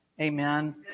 Amen